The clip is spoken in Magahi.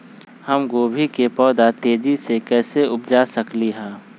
हम गोभी के पौधा तेजी से कैसे उपजा सकली ह?